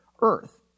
earth